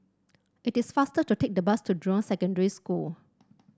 it is faster to take the bus to Jurong Secondary School